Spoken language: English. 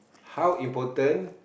how important